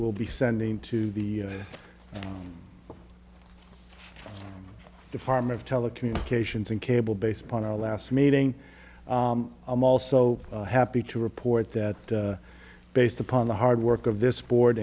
will be sending to the the farm of telecommunications and cable based upon our last meeting i'm also happy to report that based upon the hard work of this board